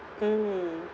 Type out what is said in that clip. mm